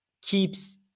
keeps